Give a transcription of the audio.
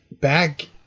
back